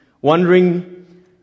Wondering